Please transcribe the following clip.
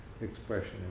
expression